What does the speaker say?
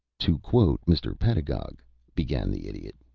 to quote mr. pedagog began the idiot.